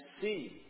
see